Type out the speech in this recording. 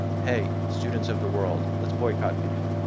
hey, students of the world, let's boycott beef.